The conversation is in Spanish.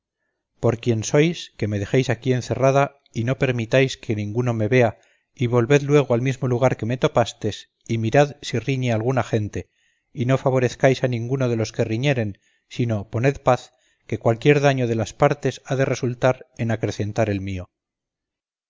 por quien sois que me dejéis aquí encerrada y no permitáis que ninguno me vea y volved luego al mismo lugar que me topastes y mirad si riñe alguna gente y no favorezcáis a ninguno de los que riñeren sino poned paz que cualquier daño de las partes ha de resultar en acrecentar el mío